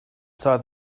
saw